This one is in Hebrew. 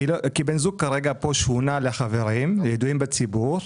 כי הבן זוג שונה לחברים, לידועים בציבור.